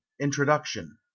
introduction